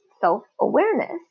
self-awareness